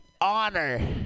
honor